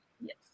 Yes